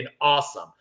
awesome